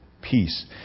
peace